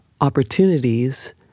opportunities